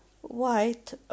white